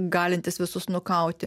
galintis visus nukauti